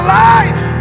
life